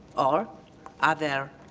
are are there